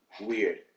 weird